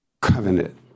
covenant